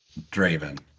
Draven